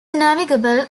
navigable